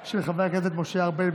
2021, של חברת הכנסת שרן השכל.